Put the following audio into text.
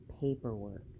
paperwork